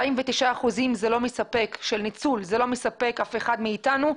49% של ניצול זה לא מספק אף אחד מאיתנו.